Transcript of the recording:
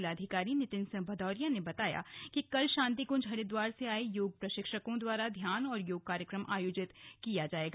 जिलाधिकारी नितिन सिंह भदौरिया ने बताया कि कल शान्तिकृंज हरिद्वार से आये योग प्रशिक्षकों द्वारा ध्यान और योग कार्यक्रम आयोजित किया जायेगा